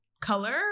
color